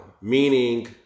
Meaning